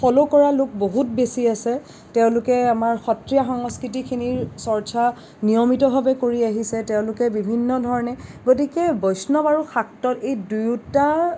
follow কৰা লোক বহুত বেছি আছে তেওলোকে আমাৰ সত্ৰীয়া সংস্কৃতিখিনিৰ চৰ্চা নিয়মিতভাৱে কৰি আহিছে তেওলোকে বিভিন্ন ধৰণে গতিকে বৈষ্ণৱ আৰু শাক্ত এই দুয়োটা